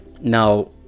now